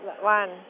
one